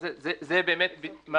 (ג)